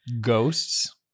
Ghosts